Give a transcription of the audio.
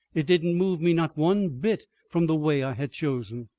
it didn't move me not one bit from the way i had chosen.